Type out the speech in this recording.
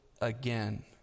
again